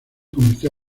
convirtió